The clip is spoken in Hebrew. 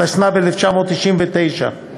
התשנ"ז 1997,